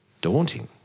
daunting